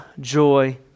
joy